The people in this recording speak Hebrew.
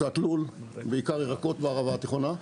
קצת לול, בעיקר ירקות בערבה התיכונה.